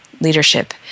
leadership